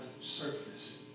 surface